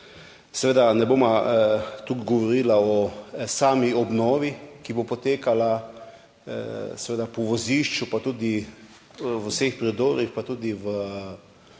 Ne bova toliko govorila o sami obnovi, ki bo potekala po vozišču pa tudi v vseh predorih pa tudi